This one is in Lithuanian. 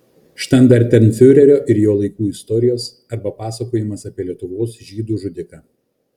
štandartenfiurerio ir jo laikų istorijos arba pasakojimas apie lietuvos žydų žudiką